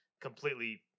completely